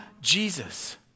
Jesus